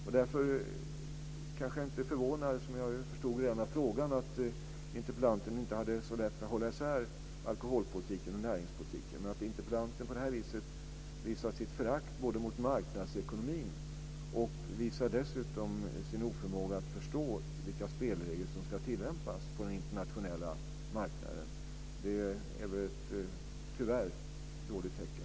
Jag är inte förvånad, eftersom jag redan av frågan förstod att interpellanten inte hade så lätt för att hålla isär alkoholpolitiken och näringspolitiken, men att interpellanten på det här sättet visar sitt förakt mot marknadsekonomin och visar sin oförmåga att förstå vilka spelregler som ska tillämpas på den internationella marknaden är tyvärr ett dåligt tecken.